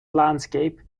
landscape